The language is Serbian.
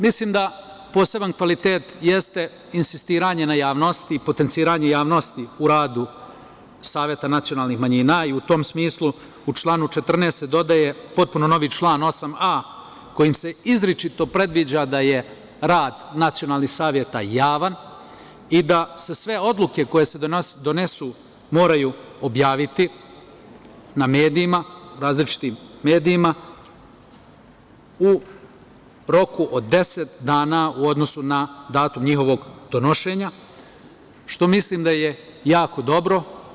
Mislim da poseban kvalitet jeste insistiranje na javnosti, potenciranje javnosti u radu saveta nacionalnih manjina i u tom smislu u članu 14. dodaje se potpuno novi član 8a kojim se izričito predviđa da je rad nacionalnih saveta javan i da se sve odluke koje se donesu moraju objaviti na medijima u roku od deset dana u odnosu na datum njihovog donošenja, što mislim da je jako dobro.